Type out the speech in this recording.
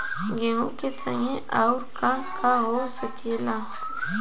गेहूँ के संगे आऊर का का हो सकेला?